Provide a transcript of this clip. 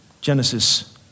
Genesis